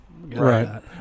Right